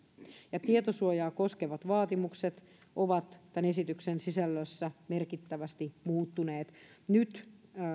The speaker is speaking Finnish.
ja tietosuojaa koskevat vaatimukset ovat tämän esityksen sisällössä merkittävästi muuttuneet nyt